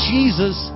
Jesus